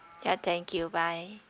yeah thank you bye